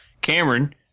Cameron